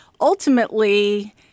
Ultimately